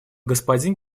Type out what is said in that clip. господин